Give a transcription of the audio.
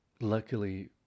Luckily